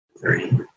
three